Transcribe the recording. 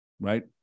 right